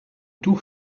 tour